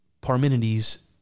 Parmenides